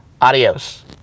Adios